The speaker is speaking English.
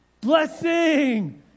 blessing